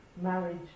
marriage